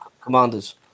Commanders